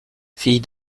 fille